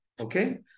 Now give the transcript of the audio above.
Okay